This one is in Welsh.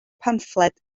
pamffled